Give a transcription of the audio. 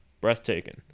breathtaking